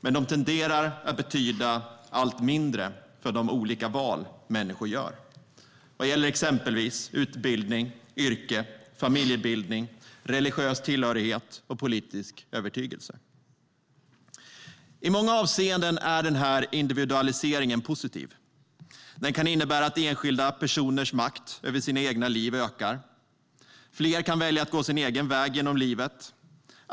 Men de tenderar att betyda allt mindre för de olika val som människor gör vad gäller exempelvis utbildning, yrke, familjebildning, religiös tillhörighet och politisk övertygelse. I många avseenden är individualiseringen positiv. Den kan innebära att enskilda personers makt över sina egna liv ökar. Fler kan välja att gå sin egen väg genom livet.